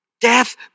Death